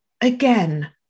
again